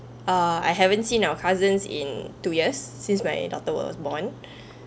uh I haven't seen our cousins in two years since my daughter was born